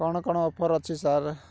କ'ଣ କ'ଣ ଅଫର୍ ଅଛି ସାର୍